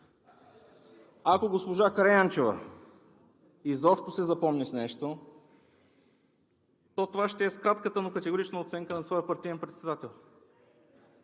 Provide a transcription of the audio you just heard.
Ако госпожа Караянчева изобщо се запомни с нещо, то това ще е с кратката, но категорична оценка на своя партиен председател,